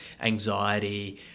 anxiety